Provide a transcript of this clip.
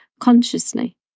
Consciously